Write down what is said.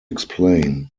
explain